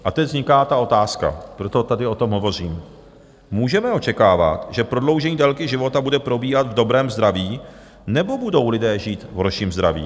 A teď vzniká ta otázka, proto tady o tom hovořím: Můžeme očekávat, že prodloužení délky života bude probíhat v dobrém zdraví, nebo budou lidé žít v horším zdraví?